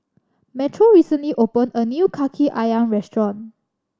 Metro recently opened a new Kaki Ayam restaurant